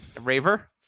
Raver